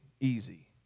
easy